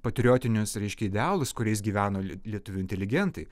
patriotinius reiškia idealus kuriais gyveno lietuvių inteligentai